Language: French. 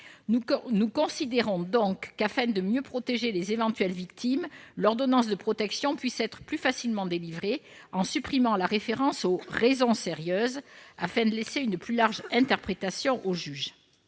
applicable. En vue de mieux protéger les éventuelles victimes, nous proposons que l'ordonnance de protection puisse être plus facilement délivrée en supprimant la référence aux « raisons sérieuses », afin de laisser une plus large interprétation au juge.